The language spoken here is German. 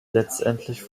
letztendlich